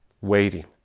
waiting